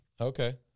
Okay